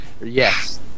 Yes